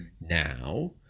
now